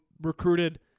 recruited